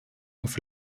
auf